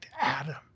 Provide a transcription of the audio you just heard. Adam